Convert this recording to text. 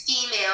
female